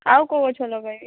ଆଉ କୋଉ ଗଛ ଲଗାଇବି